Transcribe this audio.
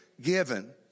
given